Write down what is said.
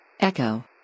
Echo